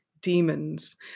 demons